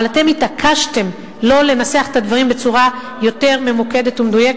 אבל אתם התעקשתם שלא לנסח את הדברים בצורה יותר ממוקדת ומדויקת,